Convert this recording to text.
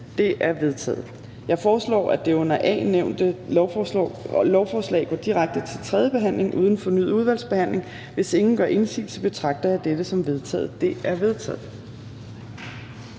De er vedtaget. Jeg foreslår, at det under B nævnte lovforslag går direkte til tredje behandling uden fornyet udvalgsbehandling. Hvis ingen gør indsigelse, betragter jeg dette som vedtaget. Det er vedtaget.